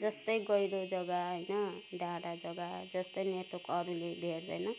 जस्तै गहिरो जग्गा होइन डाँडा जग्गा जस्तै नेटवर्क अरूले भेट्दैन